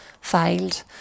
filed